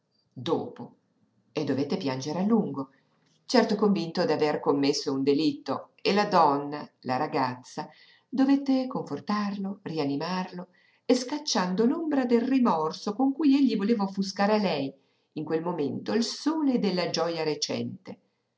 dopo e dovette piangere a lungo certo convinto d'aver commesso un delitto e la donna la ragazza dovette confortarlo rianimarlo scacciando l'ombra del rimorso con cui egli voleva offuscare a lei in quel momento il sole della gioja recente